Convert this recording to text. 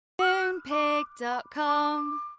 Moonpig.com